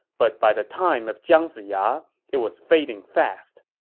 but by the time of jiang ziya, it was fading fast.